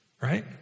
Right